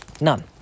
none